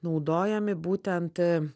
naudojami būtent